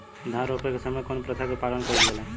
धान रोपे के समय कउन प्रथा की पालन कइल जाला?